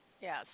Yes